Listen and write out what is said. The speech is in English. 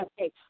Okay